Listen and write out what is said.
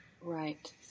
Right